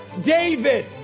David